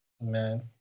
Amen